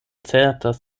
certas